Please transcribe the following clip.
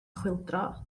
chwyldro